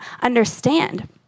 understand